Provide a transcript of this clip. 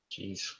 Jeez